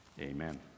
Amen